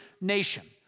nation